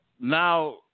now